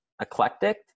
eclectic